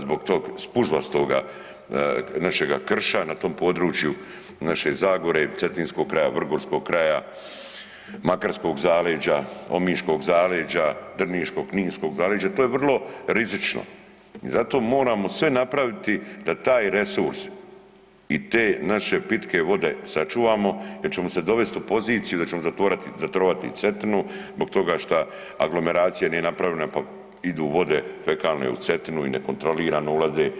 zbog tog spužvastoga našega krša na tom području, naše Zagore, cetinskog kraja, vrgorskog kraja, makarskog zaleđa, omiškog zaleđa, drniškog, kninskog zaleđa, to je vrlo rizično i zato moramo sve napraviti da taj resurs i te naše pitke vode sačuvamo jer ćemo se dovesti u poziciju da ćemo zatrovati i Cetinu zbog toga šta aglomeracija nije napravljena, pa idu vode fekalne u Cetinu i nekontrolirano ulaze.